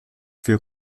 für